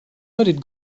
دارید